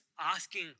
asking